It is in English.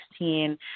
2016